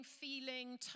feeling